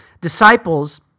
disciples